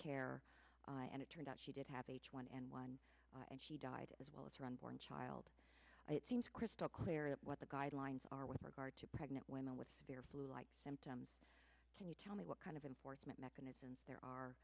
care and it turned out she did have h one n one and she died as well as her unborn child it seems crystal clear at what the guidelines are with regard to pregnant women with severe flu like symptoms can you tell me what kind of important mechanisms there are